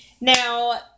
Now